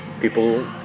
people